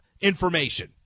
information